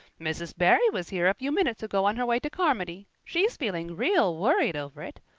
mrs. barry was here a few minutes ago on her way to carmody. she's feeling real worried over it.